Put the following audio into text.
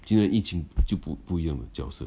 今天那疫情就不不一样的角色